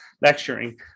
lecturing